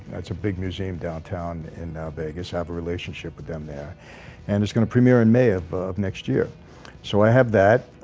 that's a big museum downtown and now vegas have a relationship with them there and it's going to premiere in may of of next year so i have that